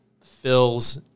fills